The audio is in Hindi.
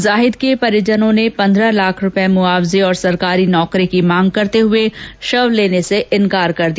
जाहिद के परिजनों ने पन्द्रह लाख रूपये मुआवजे और सरकारी नौकरी की मांग करते हुये शव लेने से इन्कार कर दिया